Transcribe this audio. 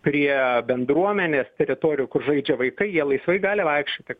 prie bendruomenės teritorijų kur žaidžia vaikai jie laisvai gali vaikščioti